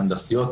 הנדסיות,